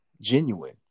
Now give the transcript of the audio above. genuine